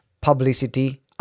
publicity